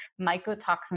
mycotoxins